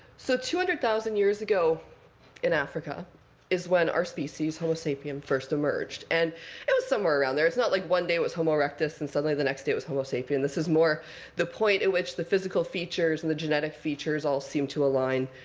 so two hundred thousand years ago in africa is when our species, homo sapien, first emerged. and it was somewhere around there. it's not like one day it was homo erectus and suddenly the next day it was homo sapien. this is more the point at which the physical features and the genetic features all seem to align.